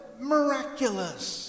Miraculous